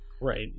right